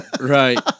Right